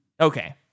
Okay